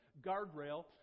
guardrail